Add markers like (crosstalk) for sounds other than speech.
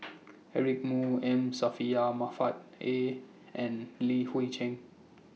(noise) Eric Moo M (unintelligible) A and Li Hui Cheng